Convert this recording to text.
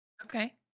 Okay